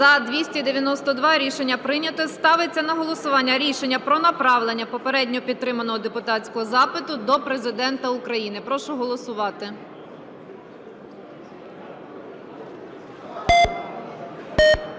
За-292 Рішення прийнято. Ставиться на голосування рішення про направлення попередньо підтриманого депутатського запиту до Президента України. Прошу голосувати.